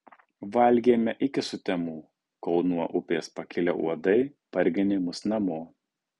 valgėme iki sutemų kol nuo upės pakilę uodai parginė mus namo